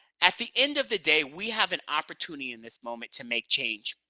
at the end of the day, we have an opportunity in this moment to make change.